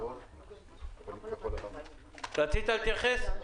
רצית להתייחס?